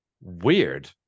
weird